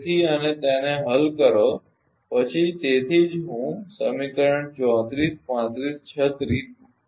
તેથી અને તેને હલ કરો પછી તેથી જ હું સમીકરણ 34 35 36